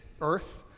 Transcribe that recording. earth